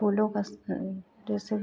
फूलों का जैसे